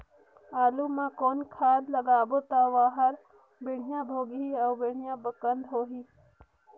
आलू मा कौन खाद लगाबो ता ओहार बेडिया भोगही अउ बेडिया कन्द होही?